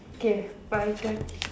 K my turn